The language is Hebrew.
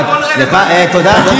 אבל עוד לפני ששאלנו, עוד